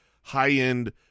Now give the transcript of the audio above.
high-end